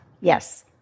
Yes